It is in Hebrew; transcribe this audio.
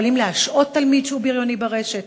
יכולים להשעות תלמיד שהוא בריוני ברשת?